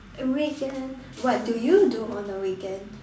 weekend what do you do on the weekends